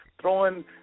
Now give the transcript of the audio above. Throwing